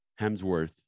Hemsworth